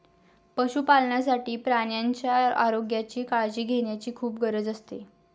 पशुपालनासाठी प्राण्यांच्या आरोग्याची काळजी घेण्याची खूप गरज असते